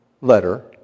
letter